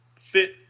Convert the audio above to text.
fit